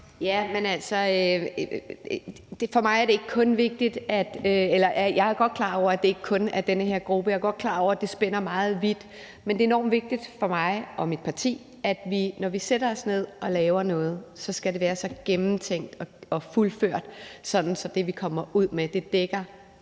Jensen): Ordføreren. Kl. 11:36 Charlotte Munch (DD): Jeg er godt klar over, at det ikke kun er den her gruppe. Jeg er godt klar over, at det spænder meget vidt. Men det er enormt vigtigt for mig og mit parti, at vi, når vi sætter os ned og laver noget, gør det så gennemtænkt og fuldført, at det, vi kommer ud med, dækker